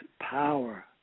power